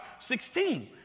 16